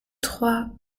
trois